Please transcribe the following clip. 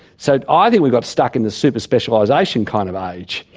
so i think we got stuck in the super-specialisation kind of age,